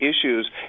issues